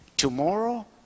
Tomorrow